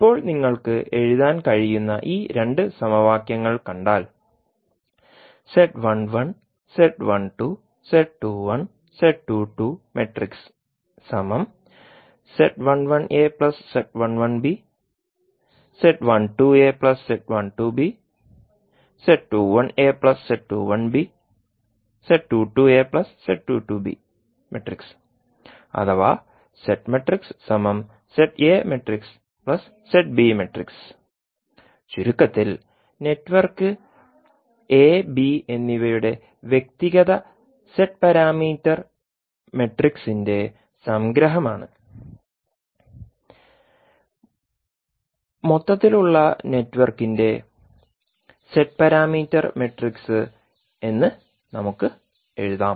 ഇപ്പോൾ നിങ്ങൾക്ക് എഴുതാൻ കഴിയുന്ന ഈ 2 സമവാക്യങ്ങൾ കണ്ടാൽ അഥവാ ചുരുക്കത്തിൽ നെറ്റ്വർക്ക് a b എന്നിവയുടെ വ്യക്തിഗത z പാരാമീറ്റർ മാട്രിക്സിന്റെ സംഗ്രഹമാണ് മൊത്തത്തിലുള്ള നെറ്റ്വർക്കിന്റെ z പാരാമീറ്റർ മാട്രിക്സ് എന്ന് നമുക്ക് എഴുതാം